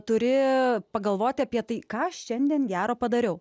turi pagalvoti apie tai ką aš šiandien gero padariau